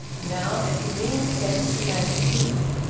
now, as he leaned against the mantelpiece,